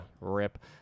rip